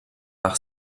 par